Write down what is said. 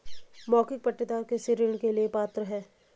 मौखिक पट्टेदार कृषि ऋण के लिए पात्र हैं